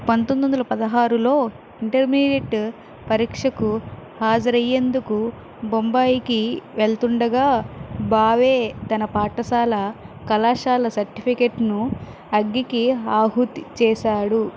పంతొమ్మిది వందల పదహారులో ఇంటర్మీడియట్ పరీక్షకు హాజరయ్యేందుకు బొంబాయికి వెళుతుండగా భావే తన పాఠశాల కళాశాల సర్టిఫికెట్లను అగ్గికి ఆహుతి చేశాడు